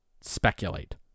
speculate